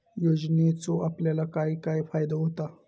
योजनेचो आपल्याक काय काय फायदो होता?